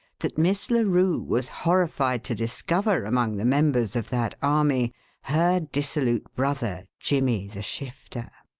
that miss larue was horrified to discover among the members of that army her dissolute brother, jimmy the shifter.